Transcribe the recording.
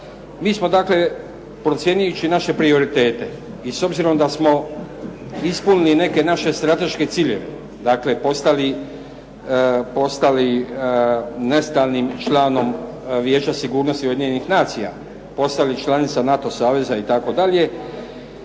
Mi smo dakle, procjenjujući naše prioritete, i s obzirom da smo ispunili neke naše strateške ciljeve, dakle postali nestalnim članom Vijeća sigurnosti Ujedinjenih nacija, postali članica NATO saveza itd.,